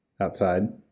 outside